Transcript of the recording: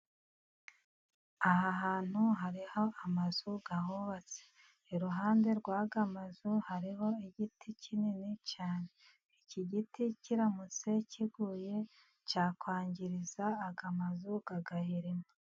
Aha hantu hariho amazu ahubatse. Iruhande rw'aya mazu hariho igiti kinini cyane. Iki giti kiramutse kiguye cyakwangiriza aya mazu agahirima.